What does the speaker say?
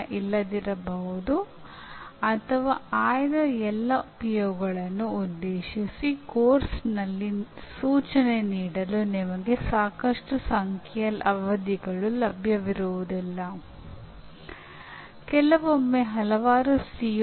ಉದಾಹರಣೆಗೆ ಎಲೆಕ್ಟ್ರಾನಿಕ್ಸ್ನಲ್ಲಿ ವಿದ್ಯಾರ್ಥಿಯು ಕೆಲವು ಸಮಸ್ಯೆಗಳನ್ನು ಪರಿಹರಿಸಬೇಕು ಎನ್ನುವ ಪರಿಣಾಮ ಇದೆ